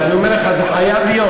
אני אומר לך, זה חייב להיות.